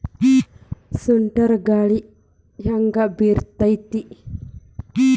ಸುಂಟರ್ ಗಾಳಿ ಹ್ಯಾಂಗ್ ಬರ್ತೈತ್ರಿ?